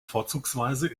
vorzugsweise